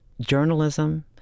journalism